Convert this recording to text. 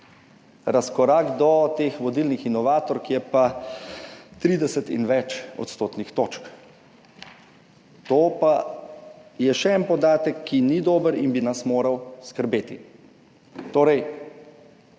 Razkorak do teh vodilnih inovatork je pa 30 in več odstotnih točk. To pa je še en podatek, ki ni dober in bi nas moral skrbeti.